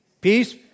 Peace